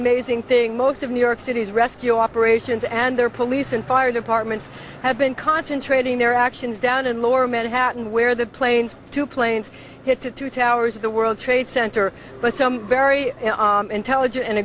amazing thing most of new york city's rescue operations and their police and fire departments have been concentrating their actions down in lower manhattan where the planes two planes hit to two towers of the world trade center but some very intelligent and